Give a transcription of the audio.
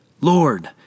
Lord